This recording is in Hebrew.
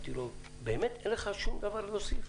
אמרתי לו: באמת, אין לך שום דבר להוסיף?